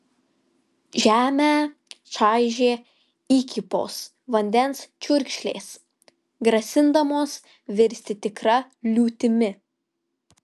žemę čaižė įkypos vandens čiurkšlės grasindamos virsti tikra liūtimi